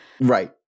Right